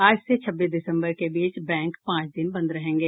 आज से छब्बीस दिसम्बर के बीच बैंक पांच दिन बंद रहेंगे